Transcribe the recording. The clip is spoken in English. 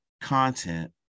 content